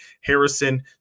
Harrison